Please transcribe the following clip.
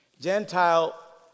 Gentile